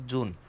June